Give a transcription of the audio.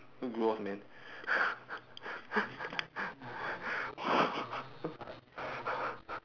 gross man